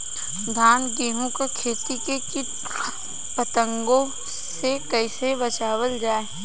धान गेहूँक खेती के कीट पतंगों से कइसे बचावल जाए?